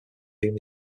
whom